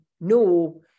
no